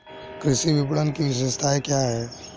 कृषि विपणन की विशेषताएं क्या हैं?